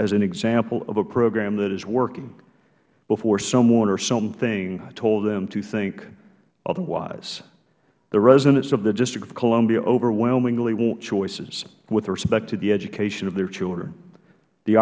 as an example of a program that is working before someone or something told them to think otherwise the residents of the district of columbia overwhelmingly want choices with respect to the education of their children the